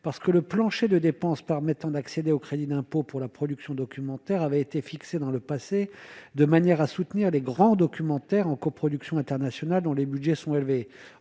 parce que le plancher de dépenses permettant d'accéder au crédit d'impôt pour la production documentaire avait été fixé dans le passé, de manière à soutenir les grands documentaires en coproduction internationale dont les Budgets sont élevés,